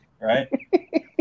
Right